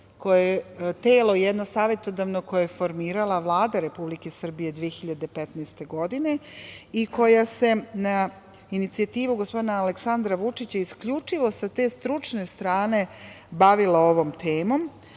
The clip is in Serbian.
koje je jedno savetodavno telo koje je formirala Vlada Republike Srbije 2015. godine i koja se na inicijativu gospodina Aleksandra Vučića isključivo sa te stručne strane bavila ovom temom.